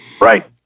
Right